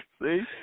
See